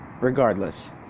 Regardless